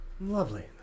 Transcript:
Lovely